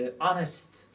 honest